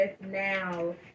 now